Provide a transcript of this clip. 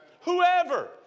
Whoever